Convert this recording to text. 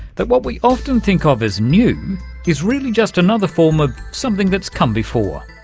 that what we often think of as new is really just another form of something that's come before.